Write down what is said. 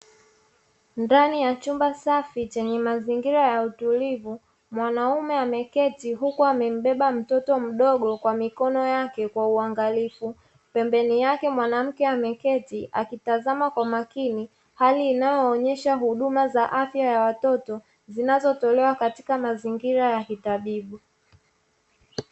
Ndani ya chumba safi chenye mazingira ya utulivu, mwanaume ameketi huku amembeba mtoto mdogo kwa mikono yake kwa uangalifu, pembeni yake mwanamke ameketi akitazama kwa makini hali inayoonyesha huduma za afya ya watoto, zinazotolewa katika mazingira ya kitabibu.